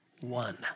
one